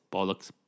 Bollocks